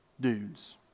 dudes